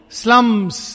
slums